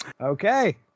Okay